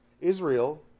Israel